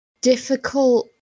difficult